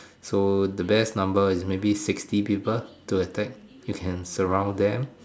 so the best number is maybe sixty people to attack you can surround them